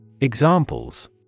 Examples